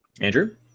Andrew